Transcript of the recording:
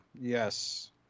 Yes